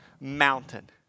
mountain